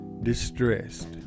distressed